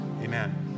Amen